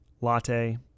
Latte